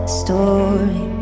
story